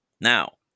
Now